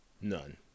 None